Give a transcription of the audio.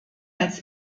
als